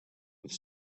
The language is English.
with